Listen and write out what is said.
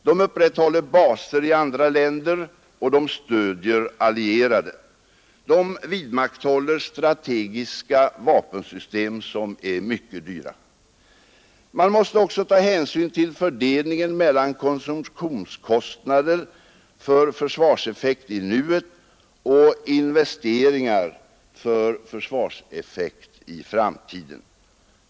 De upprätthåller baser i andra länder, och de stöder allierade. De vidmakthåller strategiska vapensystem som är mycket dyra. Man måste också ta hänsyn till fördelningen mellan konsumtionskostnader för försvarseffekt i nuet och investeringar för försvarseffekt i framtiden.